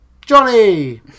Johnny